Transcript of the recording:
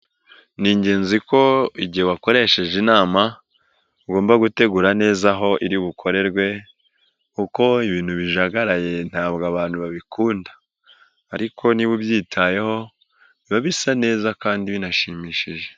Ni ingenzi ko igihe wakoresheje inama, ugomba gutegura neza aho iri bukorerwe, kuko ibintu bijagaraye ntabwo abantu babikunda, ariko niba ubyitayeho biba bisa neza kandi binashimishije.